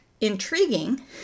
intriguing